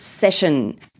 session